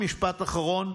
משפט אחרון.